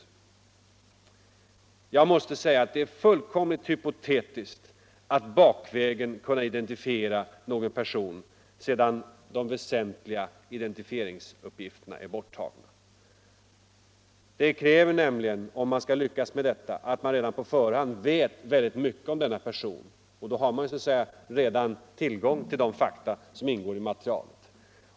Nr 22 Jag måste säga att det är fullständigt hypotetiskt att bakvägen kunna Fredagen den identifiera någon person sedan de väsentliga identifieringsuppgifterna är — 14 februari 1975 borttagna. Det kräver nämligen, om man skall lyckas med detta, att Co man på förhand vet väldigt mycket om denna person, och då har man - Om ADB-registreju redan tillgång till de fakta som ingår i materialet.